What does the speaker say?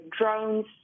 drones